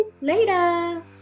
Later